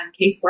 casework